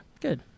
Good